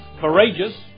Courageous